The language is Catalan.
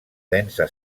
densa